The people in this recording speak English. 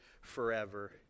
forever